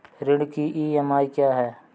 ऋण की ई.एम.आई क्या है?